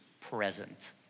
present